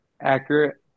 accurate